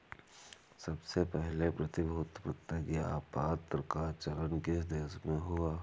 सबसे पहले प्रतिभूति प्रतिज्ञापत्र का चलन किस देश में हुआ था?